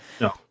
No